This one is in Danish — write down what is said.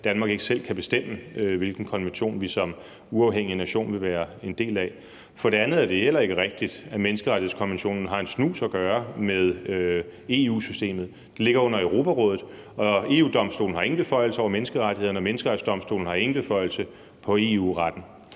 Danmark ikke selv kan bestemme, hvilken konvention vi som uafhængig nation vil være en del af. For det andet er det heller ikke rigtigt, at menneskerettighedskonventionen har en snus at gøre med EU-systemet; det ligger under Europarådet. Og EU-Domstolen har ingen beføjelser over menneskerettighederne, og Menneskerettighedsdomstolen har ingen beføjelser over EU-retten.